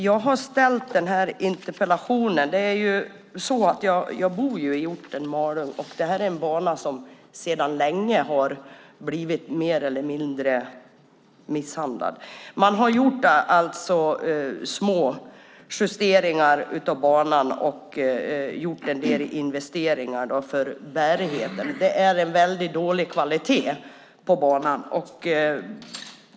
Jag bor i orten Malung, och det här är en bana som sedan länge har blivit mer eller mindre misshandlad. Man har gjort små justeringar av banan och gjort en del investeringar för bärigheten. Det är en väldigt dålig kvalitet på banan.